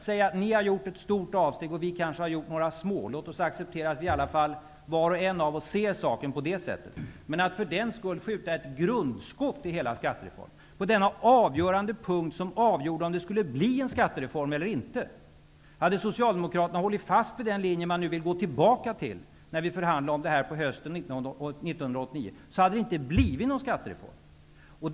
Säg att ni har gjort ett stort avsteg och att vi kanske har gjort några små. Låt oss acceptera att var och en av oss ser saken på det här sättet. Men för den skull kan man inte skjuta ett grundskott mot hela skattereformen på denna avgörande punkt, som var utslagsgivande för om det skulle bli en skattereform eller inte. Hade Socialdemokraterna hållit fast vid den linje som man nu vill gå tillbaka till, när vi förhandlade om detta på hösten 1989, hade det inte blivit någon skattereform.